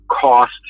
cost